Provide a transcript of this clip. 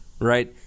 Right